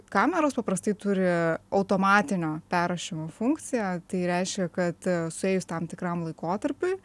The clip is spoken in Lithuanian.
kameros paprastai turi automatinio perrašymo funkciją tai reiškia kad suėjus tam tikram laikotarpiui